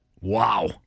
Wow